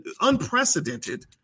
unprecedented